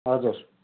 हजुर